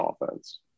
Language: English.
offense